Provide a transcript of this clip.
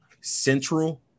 central